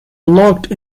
locked